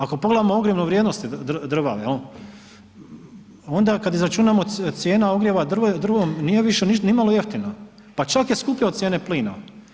Ako pogledamo ogrjevnu vrijednost drva jel, onda kad izračunamo cijena ogrjeva drvom nije više nimalo jeftina, pa čak je skuplja od cijene plina.